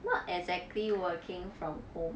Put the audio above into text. not exactly working from home